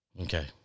Okay